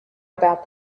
about